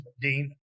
Dean